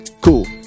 Cool